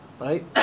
right